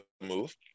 move